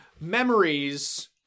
memories